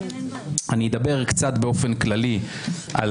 אני אנסה לדבר פה באופן כללי על